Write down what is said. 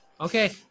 Okay